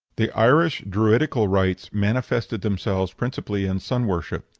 the irish druidical rites manifested themselves principally in sun worship.